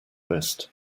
list